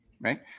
right